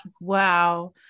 wow